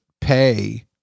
pay